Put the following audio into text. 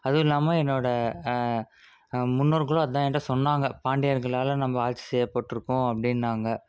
அதுவும் இல்லாமல் என்னோடய முன்னோர்களும் அதான் என்கிட்ட சொன்னாங்க பாண்டியர்களால் நம்ம ஆட்சி செய்யப்பட்டுருக்கோம் அப்படின்னாங்க